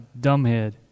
dumbhead